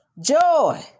joy